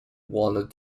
wanted